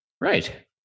Right